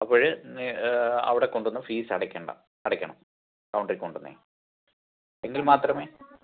അപ്പോൾ അവിടെ കൊണ്ടുവന്ന് ഫീസ് അടയ്ക്കേണ്ട അടയ്ക്കണം കൗണ്ടറിൽ കൊണ്ടുവന്ന് എങ്കിൽമാത്രമേ